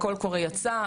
הקול קורא יצא,